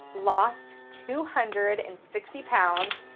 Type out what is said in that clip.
lost two hundred and sixty pounds.